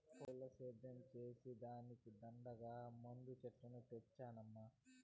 పూల సేద్యం చేసే దానికి దండిగా మందు చెట్లను తెచ్చినానమ్మీ